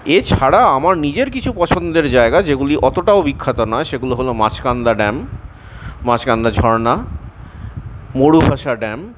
এছাড়া আমার নিজের কিছু পছন্দের জায়গা যেগুলি অতটাও বিখ্যাত নয় সেগুলো হল মাচকান্দা ড্যাম মাচকান্দা ঝরনা মরুবাসা ড্যাম